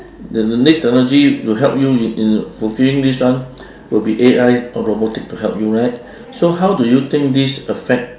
the the next technology will help you in in fulfilling this one will be A_I or robotic to help you right so how do you think this affect